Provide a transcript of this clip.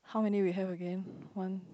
how many we have again one